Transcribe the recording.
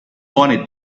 wanted